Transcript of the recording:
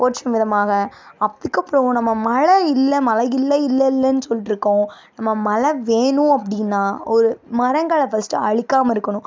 போற்றும் விதமாக அதுக்குப்புறம் நம்ம மழை இல்லை மழை இல்லை இல்லை இல்லைனு சொல்லிட்ருக்கோம் நம்ம மழை வேணும் அப்படின்னா ஒரு மரங்களை ஃபஸ்ட்டு அழிக்காமல் இருக்கணும்